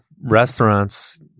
restaurants